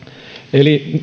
eli